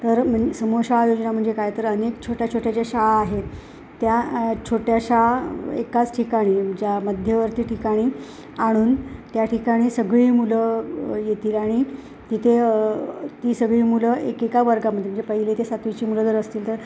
तर मन समुह शाळा योजना म्हणजे काय तर अनेक छोट्या छोट्या ज्या शाळा आहेत त्या छोट्याशा एकाच ठिकाणी ज्या मध्यववर्ती ठिकाणी आणून त्या ठिकाणी सगळी मुलं येतील आणि तिथे ती सगळी मुलं एकेका वर्गामध्ये म्हणजे पहिले ते सातवीची मुलं जर असतील तर